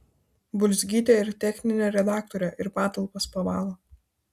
bulzgytė ir techninė redaktorė ir patalpas pavalo